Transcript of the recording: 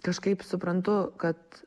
kažkaip suprantu kad